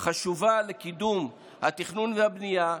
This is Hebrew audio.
היא חשובה לקידום התכנון והבנייה,